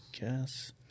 guess